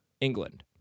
England